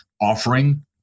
offering